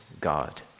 God